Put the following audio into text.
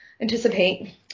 anticipate